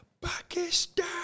Pakistan